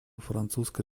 французской